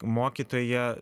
mokytojai jie